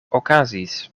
okazis